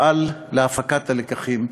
פעל להפקת הלקחים,